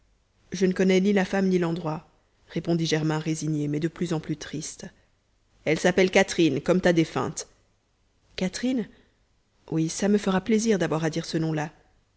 je ne connais ni la femme ni l'endroit répondit germain résigné mais de plus en plus triste elle s'appelle catherine comme ta défunte catherine oui ça me fera plaisir d'avoir à dire ce nom-là